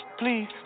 please